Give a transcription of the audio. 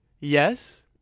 yes